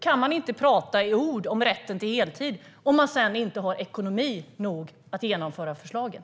Man kan inte tala i ord om rätten till heltid om man sedan inte har ekonomi nog att genomföra förslagen.